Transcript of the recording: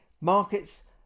markets